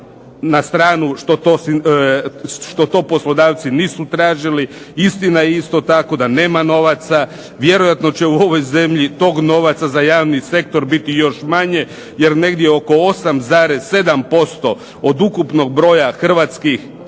na stranu što to poslodavci nisu tražili. Istina je isto tako da nema novaca, vjerojatno će u ovoj zemlji tog novaca za javni sektor biti još manje, jer negdje oko 8,7% od ukupnog broja hrvatskih